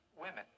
women